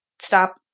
stop